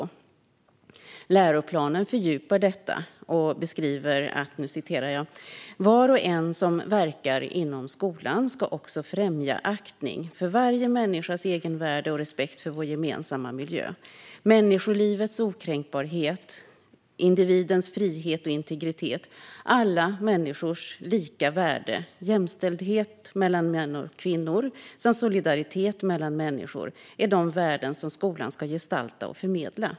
I läroplanen fördjupas detta: "Var och en som verkar inom skolan ska också främja aktning för varje människas egenvärde och respekt för vår gemensamma miljö. Människolivets okränkbarhet, individens frihet och integritet, alla människors lika värde, jämställdhet mellan kvinnor och män samt solidaritet mellan människor är de värden som skolan ska gestalta och förmedla.